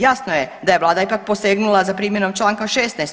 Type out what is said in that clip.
Jasno je da je Vlada ipak posegnula za primjenom članka 16.